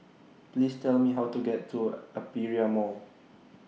Please Tell Me How to get to Aperia Mall